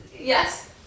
yes